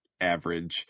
average